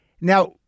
Now